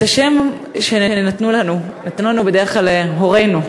את השם נתנו לנו בדרך כלל הורינו,